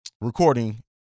recording